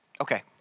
Okay